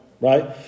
Right